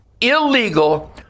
illegal